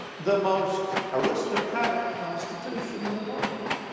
the most aristocratic constitution in the world.